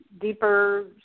deeper